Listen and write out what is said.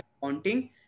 haunting